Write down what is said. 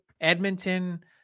Edmonton